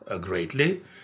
greatly